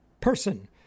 person